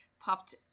popped